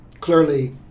clearly